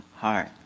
heart